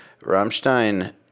Rammstein